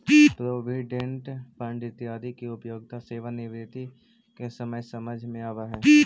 provident fund इत्यादि के उपयोगिता सेवानिवृत्ति के समय समझ में आवऽ हई